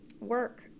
work